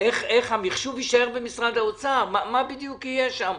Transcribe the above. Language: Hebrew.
איך המחשוב יישאר במשרד האוצר, מה בדיוק יהיה שם?